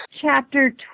Chapter